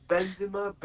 Benzema